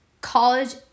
college